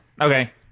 Okay